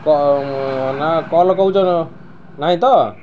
କ ନା କଲ୍ କହୁଛ ନାଇଁ ତ